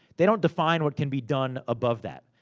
they don't define what can be done above that.